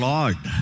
Lord